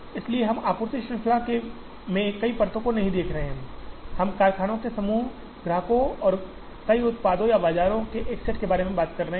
इसलिए हम आपूर्ति श्रृंखला में कई परतों को नहीं देख रहे हैं हम कारखानों के एक समूह और ग्राहकों और कई उत्पादों या कई बाजारों के एक सेट के बारे में बात कर रहे हैं